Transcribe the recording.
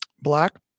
black